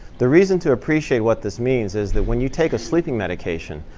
the reason to appreciate what this means is that when you take a sleeping medication,